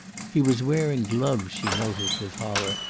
he was wearing gloves, she noticed with horror,